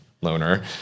Loner